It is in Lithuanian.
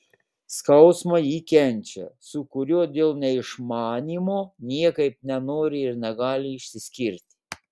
skausmą ji kenčia su kuriuo dėl neišmanymo niekaip nenori ir negali išsiskirti